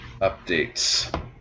updates